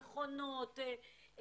מכונות,